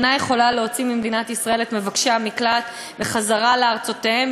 אינה יכולה להוציא ממדינת ישראל את מבקשי המקלט בחזרה לארצותיהם,